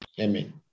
Amen